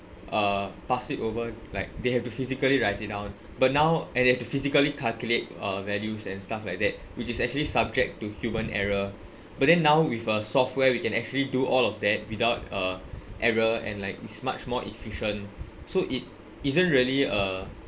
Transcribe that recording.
uh pass it over like they have to physically write it down but now and they have to physically calculate uh values and stuff like that which is actually subject to human error but then now with a software we can actually do all of that without uh error and like it's much more efficient so it isn't really a